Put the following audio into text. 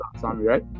right